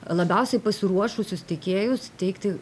labiausiai pasiruošusius tiekėjus teikti